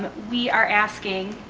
but we are asking,